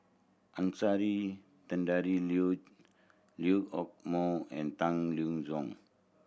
Anastasia Tjendri Liew Liew Hock Moh and Tang Liang Hong